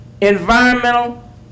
environmental